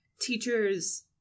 teachers